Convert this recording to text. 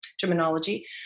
terminology